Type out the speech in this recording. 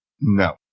No